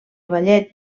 ballet